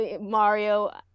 Mario